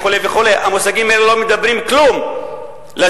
וכו' וכו'; המושגים האלה לא מדברים כלום לזקן,